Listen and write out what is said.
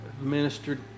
ministered